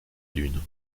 lune